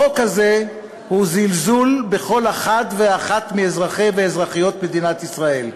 החוק הזה הוא זלזול בכל אחד ואחת מאזרחי ואזרחיות מדינת ישראל.